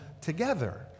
together